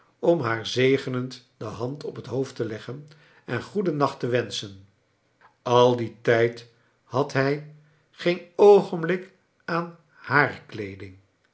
om haar zegenend de hand op het hoofd te leggen en goeden aacht te wenschen al dien trjd had hij geen oogenblik aan haar